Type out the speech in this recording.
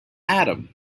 adam